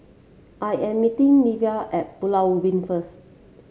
I am meeting Nevaeh at Pulau Ubin first